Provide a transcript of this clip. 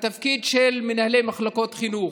התפקיד של מנהלי מחלקות חינוך,